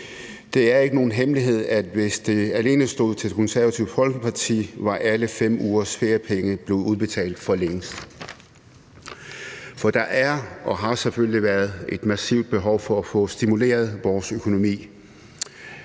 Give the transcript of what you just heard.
Det er ikke nogen hemmelighed, at hvis det alene stod til Det Konservative Folkeparti, var alle 5 ugers feriepenge blevet udbetalt for længst, for der er og har selvfølgelig været et massivt behov for at få stimuleret vores økonomi.